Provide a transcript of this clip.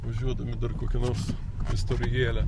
važiuodami dar kokią nors istorijėlę